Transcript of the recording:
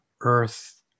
earth